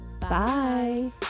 Bye